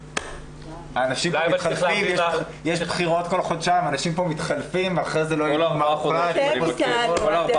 יש בחירות כל חודשיים ואנשים מתחלפים והבאים אחר כך לא ידעו.